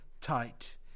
tight